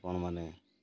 ଆପଣମାନେ